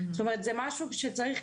זאת אומרת זה משהו שצריך,